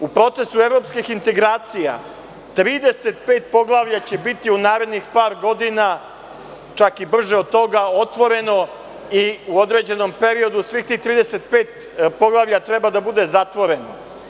U procesu evropskih integracija 35 poglavlja će biti u narednih par godina, čak i brže od toga otvoreno i u određenom periodu svih tih 35 poglavlja treba da bude zatvoreno.